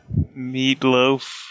meatloaf